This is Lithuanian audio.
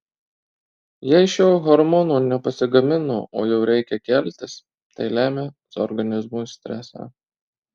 jei šio hormono nepasigamino o jau reikia keltis tai lemia organizmui stresą